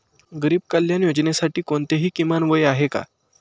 गरीब कल्याण योजनेसाठी कोणतेही किमान वय आहे का?